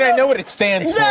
know what it stands yeah